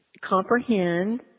comprehend